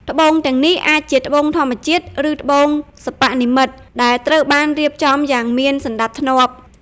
ត្បូងទាំងនេះអាចជាត្បូងធម្មជាតិ ឬត្បូងសិប្បនិម្មិត ដែលត្រូវបានរៀបចំយ៉ាងមានសណ្តាប់ធ្នាប់។